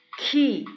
key